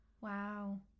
Wow